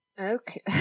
Okay